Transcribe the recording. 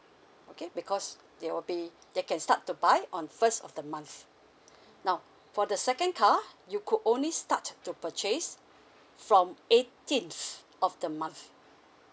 okay because they will be they can start to buy on first of the month now for the second car you could only start to purchase from eighteenth of the month